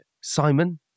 Simon